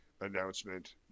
announcement